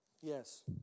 Yes